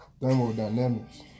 thermodynamics